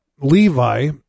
Levi